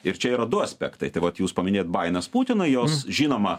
ir čia yra du aspektai tai vat jūs paminėjot baimes putinui jos žinoma